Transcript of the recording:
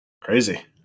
crazy